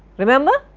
remember?